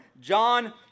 John